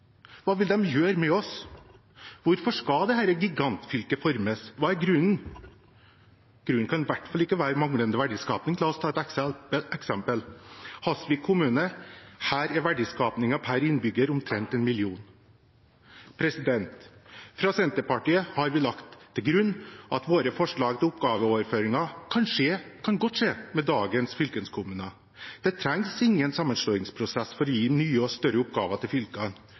Hva vil de gjøre med oss? Hvorfor skal dette gigantfylket formes? Hva er grunnen? Grunnen kan i hvert fall ikke være manglende verdiskaping. La meg ta et eksempel: I Hasvik kommune er verdiskapingen per innbygger på omtrent 1 mill. kr. Fra Senterpartiet har vi lagt til grunn at våre forslag til oppgaveoverføringer godt kan skje med dagens fylkeskommuner. Det trengs ingen sammenslåingsprosess for å gi nye og større oppgaver til fylkene.